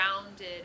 grounded